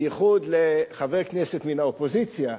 בייחוד לחבר כנסת מן האופוזיציה,